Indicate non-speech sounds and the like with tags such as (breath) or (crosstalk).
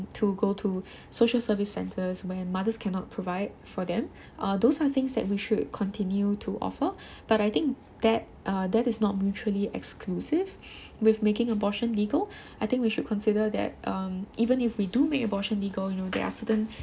to go to (breath) social service centers when mothers cannot provide for them uh those are things that we should continue to offer (breath) but I think that that is not mutually exclusive (breath) with making abortion legal (breath) I think we should consider that um even if we do make abortions legal you know there are certain (breath)